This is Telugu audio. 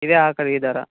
ఇదే ఆఖరి ధర